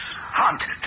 haunted